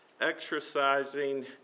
exercising